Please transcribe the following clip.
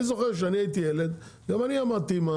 אני זוכר כשאני הייתי ילד גם אני עמדתי,